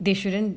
they shouldn't